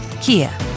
Kia